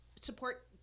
support